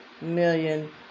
million